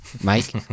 Mike